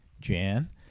Jan